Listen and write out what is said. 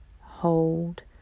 hold